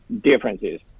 differences